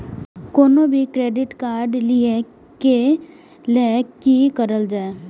कोनो भी credit card लिए के लेल की करल जाय?